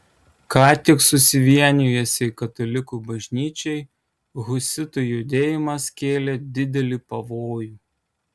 ką tik susivienijusiai katalikų bažnyčiai husitų judėjimas kėlė didelį pavojų